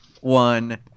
one